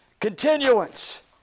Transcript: continuance